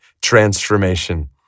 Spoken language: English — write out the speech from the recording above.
transformation